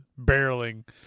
barreling